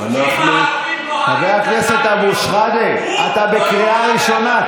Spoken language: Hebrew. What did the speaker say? חבר הכנסת אבו שחאדה, אתה בקריאה ראשונה.